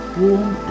warm